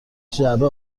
جعبه